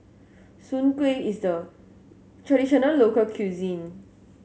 Soon Kuih is the traditional local cuisine